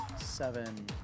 seven